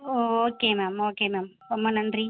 okay ma'am okay ma'am ரொம்ப நன்றி